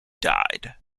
died